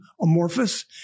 amorphous